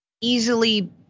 easily